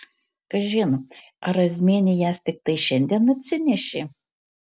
kažin ar razmienė jas tiktai šiandien atsinešė